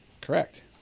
correct